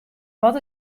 wat